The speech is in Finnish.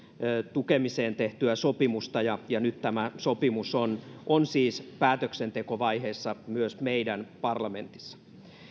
tukemiseen tehtyä sopimusta ja ja nyt tämä sopimus on on siis päätöksentekovaiheessa myös meidän parlamentissamme